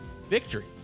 Victory